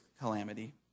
calamity